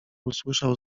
usłyszał